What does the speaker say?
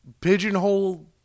pigeonhole